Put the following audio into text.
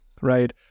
right